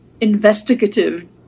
investigative